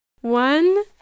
One